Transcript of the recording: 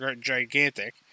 gigantic